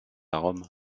rome